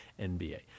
NBA